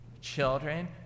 Children